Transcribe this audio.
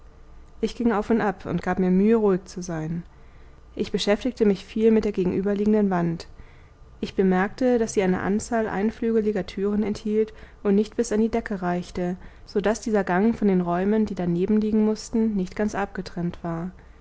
ich ging auf und ab und gab mir mühe ruhig zu sein ich beschäftigte mich viel mit der gegenüberliegenden wand ich bemerkte daß sie eine anzahl einflügeliger türen enthielt und nicht bis an die decke reichte so daß dieser gang von den räumen die daneben liegen mußten nicht ganz abgetrennt war